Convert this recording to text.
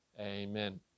Amen